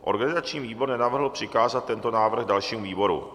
Organizační výbor nenavrhl přikázat tento návrh dalšímu výboru.